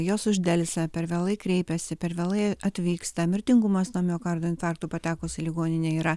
jos uždelsia per vėlai kreipiasi per vėlai atvyksta mirtingumas nuo miokardo infarkto patekus į ligoninę yra